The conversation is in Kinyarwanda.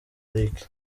lick